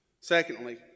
Secondly